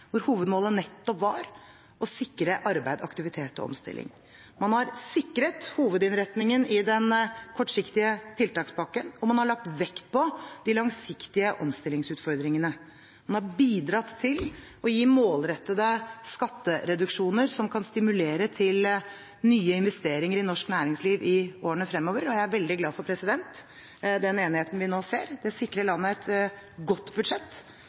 hvor hovedmålet nettopp var å sikre arbeid, aktivitet og omstilling. Man har sikret hovedinnretningen i den kortsiktige tiltakspakken, og man har lagt vekt på de langsiktige omstillingsutfordringene. Man har bidratt til å gi målrettede skattereduksjoner som kan stimulere til nye investeringer i norsk næringsliv i årene fremover. Jeg er veldig glad for den enigheten vi nå ser. Det sikrer landet et godt budsjett,